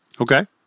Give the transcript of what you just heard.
Okay